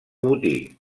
botí